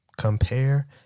compare